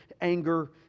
anger